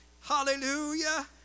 Hallelujah